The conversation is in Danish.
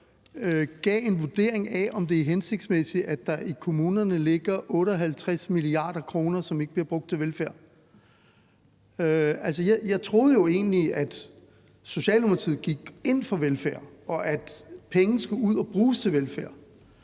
gav en vurdering af, om det er hensigtsmæssigt, at der ligger 58 mia. kr. ude i kommunerne, som ikke bliver brugt til velfærd. Jeg troede jo egentlig, at Socialdemokratiet gik ind for velfærd og gik ind for, at penge skulle ud og bruges til velfærd.